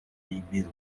rebuilt